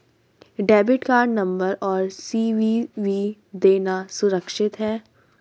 Debit card number और CVV देना सुरक्षित है?